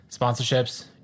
Sponsorships